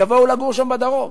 יבואו לגור שם בדרום.